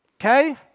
Okay